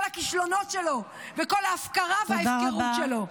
הכישלונות שלו וכל ההפקרה וההפקרות שלו.